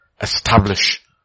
Establish